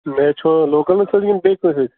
match چھُوا لوکلن سۭتۍ کِنہٕ بیٚیہِ کٲنٛسہِ سۭتۍ